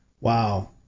Wow